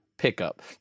pickup